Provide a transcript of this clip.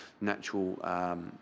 natural